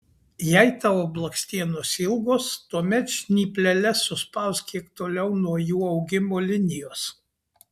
jei tavo blakstienos ilgos tuomet žnypleles suspausk kiek toliau nuo jų augimo linijos